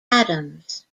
adams